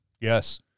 Yes